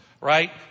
right